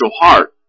heart